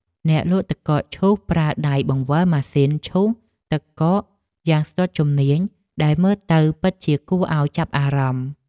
អ្នកលក់ទឹកកកឈូសប្រើដៃបង្វិលម៉ាស៊ីនឈូសទឹកកកយ៉ាងស្ទាត់ជំនាញដែលមើលទៅពិតជាគួរឱ្យចាប់អារម្មណ៍។